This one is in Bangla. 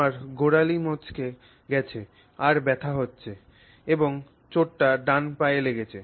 তোমার গোড়ালি মচকে গেছে আর ব্যথা হচ্ছে এবং চোটটা ডান পায়ে লেগেছে